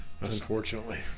Unfortunately